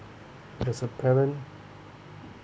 there's a parent